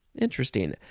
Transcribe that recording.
Interesting